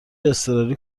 اضطراری